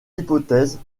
hypothèses